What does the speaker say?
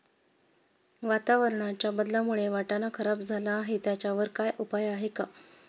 वातावरणाच्या बदलामुळे वाटाणा खराब झाला आहे त्याच्यावर काय उपाय आहे का?